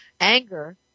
anger